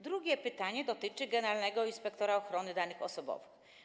Drugie pytanie dotyczy generalnego inspektora danych osobowych.